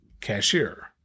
cashier